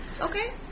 Okay